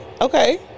Okay